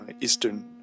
eastern